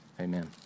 Amen